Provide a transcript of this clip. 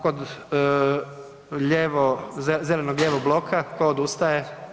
Kod lijevo, zeleno-lijevog bloka tko odustaje?